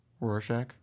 Rorschach